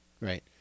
right